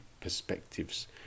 perspectives